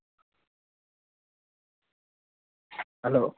hello